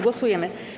Głosujemy.